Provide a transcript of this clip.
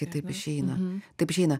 taip išeina taip išeina